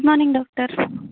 good morning doctor